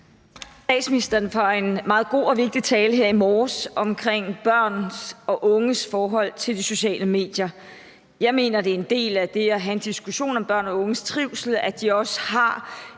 statsministeren for en meget god og vigtig tale her i morges omkring børn og unges forhold til de sociale medier. Jeg mener, at det er en del af det at have en diskussion om børn og unges trivsel, at de også har